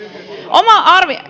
oma